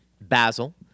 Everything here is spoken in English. Basil